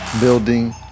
Building